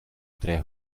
tre